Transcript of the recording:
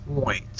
point